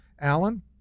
Alan